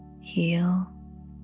heal